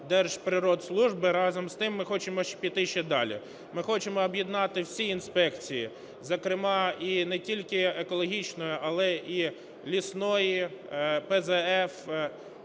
Держприродслужби. Разом з тим, ми хочемо піти ще далі. Ми хочемо об'єднати всі інспекції, зокрема і не тільки екологічної, але і лісної, ПЗФ,